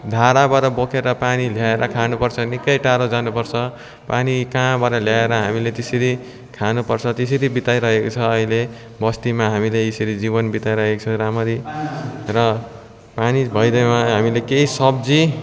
धाराबाट बोकेर पानी ल्याएर खानुपर्छ निक्कै टाढो जानुपर्छ पानी कहाँबाट ल्याएर हामीले त्यसरी खानुपर्छ त्यसरी बिताइरहेको छ अहिले बस्तीमा हामीले यसरी जीवन बिताइरहेको छ राम्ररी र पानी भइदिएमा हामीले केही सब्जी